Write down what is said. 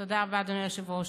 תודה רבה, אדוני היושב-ראש.